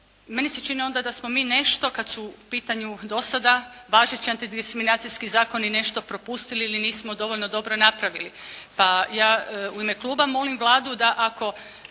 Meni se čini da smo mi nešto, kada su u pitanju do sada važeći antidiskriminacijski zakoni nešto propustili ili nismo dovoljno dobro napravili. Pa ja u ime kluba molim Vladu ako